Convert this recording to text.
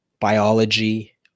biology